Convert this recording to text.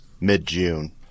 mid-June